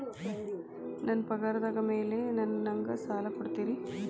ನನ್ನ ಪಗಾರದ್ ಮೇಲೆ ನಂಗ ಸಾಲ ಕೊಡ್ತೇರಿ?